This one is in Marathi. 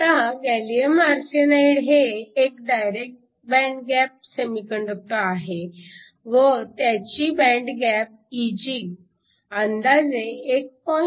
आता गॅलीअम आर्सेनाईड हे एक डायरेक्ट बँड गॅप सेमीकंडक्टर आहे व त्याची बँड गॅप Eg अंदाजे 1